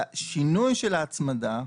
בשינוי של ההצמדה,